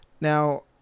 now